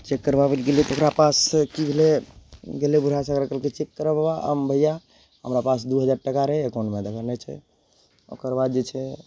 cheque करबाबय लए गेलय तऽ तकरा पास कि भेलय गेलय बुढ़ा सर कहलकै चेक करऽ बाबा हम भैया हमरा पास दू हजार टाका रहय एकाउंटमे एखन नहि छै ओकर बाद जे छै